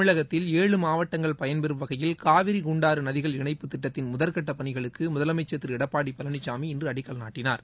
தமிழகத்தில் ஏழு மாவட்டங்கள் பயன்பெறும் வகையில் காவிரி குண்டாறு நதிகள் இணைப்பு திட்டத்தின் முதற்கட்டப் பணிகளுக்கு முதலமைச்சர் திரு எடப்பாடி பழனிசாமி இன்று அடிக்கல் நாட்டினார்